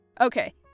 Okay